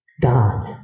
God